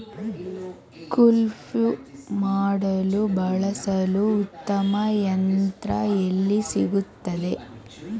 ಕುಯ್ಲು ಮಾಡಲು ಬಳಸಲು ಉತ್ತಮ ಯಂತ್ರ ಎಲ್ಲಿ ಸಿಗುತ್ತದೆ?